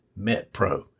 MetPro